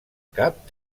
cap